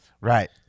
Right